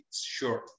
sure